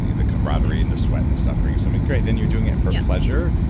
the the camaraderie and the sweat and the suffering or something great, then you're doing it for pleasure.